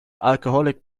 alcoholic